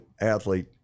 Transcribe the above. athlete